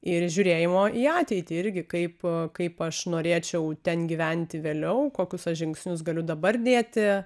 ir žiūrėjimo į ateitį irgi kaip kaip aš norėčiau ten gyventi vėliau kokius aš žingsnius galiu dabar dėti